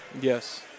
Yes